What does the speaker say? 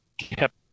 kept